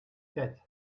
пять